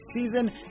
season